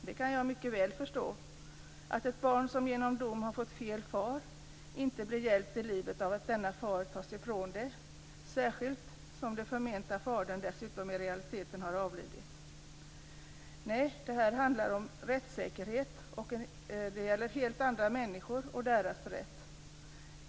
Jag kan mycket väl förstå att ett barn som genom dom fått fel far inte är hjälpt i livet om fadern tas ifrån barnet, särskilt som den förmenta fadern dessutom i realiteten har avlidit. Nej, här handlar det om rättssäkerhet och om helt andra människor och deras rätt.